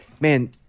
Man